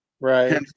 Right